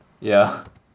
yeah